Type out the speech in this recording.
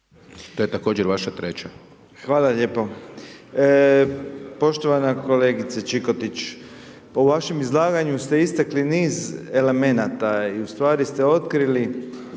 Slaven (MOST)** Hvala lijepo. Poštovana kolegice Čikotić. Po vašem izlaganju ste istakli niz elemenata i ustvari ste otkrili